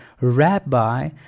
Rabbi